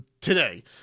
today